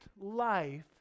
life